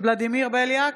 ולדימיר בליאק,